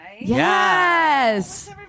Yes